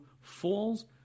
falls